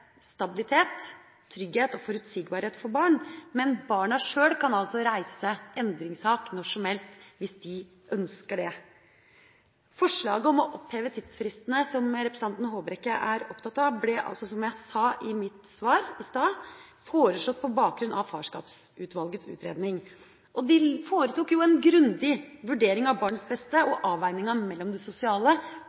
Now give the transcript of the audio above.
stabilitet, trygghet og forutsigbarhet for barn, men barna sjøl kan reise endringssak når som helst hvis de ønsker det. Forslaget om å oppheve tidsfristene, som representanten Håbrekke er opptatt av, ble altså, som jeg sa i mitt svar i stad, foreslått på bakgrunn av Farskapsutvalgets utredning. De foretok en grundig vurdering av barnets beste og avveininga mellom det sosiale